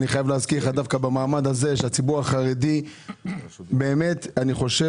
אני חייב להזכיר לך דווקא במעמד הזה שהציבור החרדי באמת קיבל